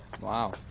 Wow